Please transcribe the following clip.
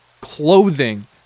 clothing